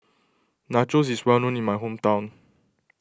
Nachos is well known in my hometown